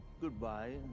Goodbye